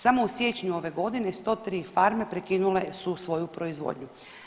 Samo u siječnju ove godine 103 prekinule su svoju proizvodnju.